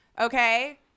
Okay